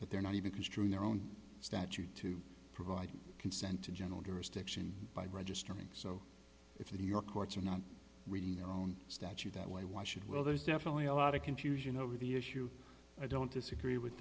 but they're not even construing their own statute to provide consent in general jurisdiction by registering so if the new york courts are not reading their own statute that way why should well there's definitely a lot of confusion over the issue i don't disagree with